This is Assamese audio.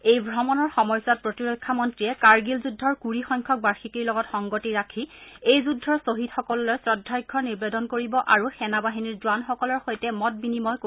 এই ভ্ৰমণৰ সময়ছোৱাত প্ৰতিৰক্ষা মন্ত্ৰীয়ে কাৰ্গিল যুদ্ধৰ কুৰি সংখ্যক বাৰ্ষিকীৰ লগত সংগতি ৰাখি এই যুদ্ধৰ শ্বহিদসকললৈ শ্ৰদ্ধাৰ্য্য নিবেদন কৰিব আৰু সেনা বাহিনীৰ জোৱানসকলৰ সৈতে মত বিনিময় কৰিব